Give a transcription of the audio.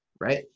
right